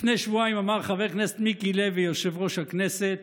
לפני שבועיים אמר יושב-ראש הכנסת